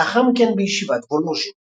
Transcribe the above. ולאחר מכן בישיבת וולוז'ין.